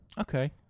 Okay